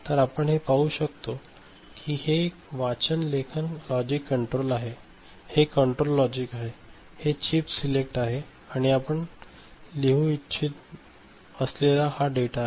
तर आपण हे पाहू शकतो की हे एक वाचन लेखन लॉजिक आहेहे कंट्रोल लॉजिक आहे हे चिप सिलेक्ट आहे आणि आपण लिहू इच्छित असलेला हा डेटा आहे